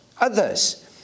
others